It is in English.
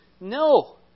No